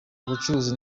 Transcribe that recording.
ubucuruzi